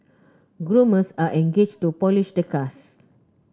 groomers are engaged to polish the cars